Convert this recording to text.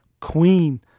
queen